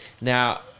Now